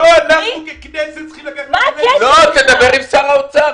אנחנו ככנסת צריכים --- דבר עם שר האוצר,